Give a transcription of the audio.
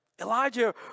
Elijah